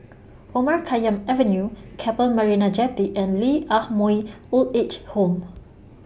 Omar Khayyam Avenue Keppel Marina Jetty and Lee Ah Mooi Old Age Home